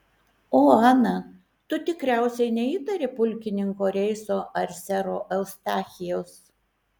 o ana tu tikriausiai neįtari pulkininko reiso ar sero eustachijaus